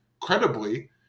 credibly